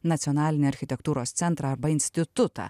nacionalinį architektūros centrą arba institutą